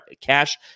cash